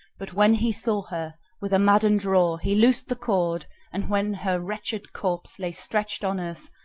but when he saw her, with a maddened roar he loosed the cord and when her wretched corpse lay stretched on earth,